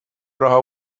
raha